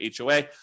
HOA